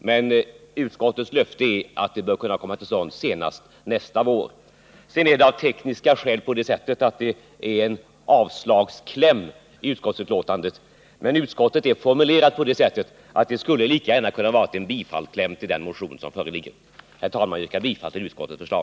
Utskottets löfte är emellertid att bygget bör kunna komma till stånd senast nästa vår. Av tekniska skäl har det blivit en avslagskläm i utskottsbetänkandet, men skrivningen är sådan att det lika gärna skulle ha kunnat vara en bifallskläm till den föreliggande motionen. Herr talman! Jag yrkar bifall till utskottets förslag.